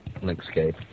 Linkscape